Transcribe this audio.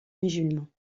musulmans